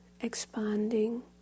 expanding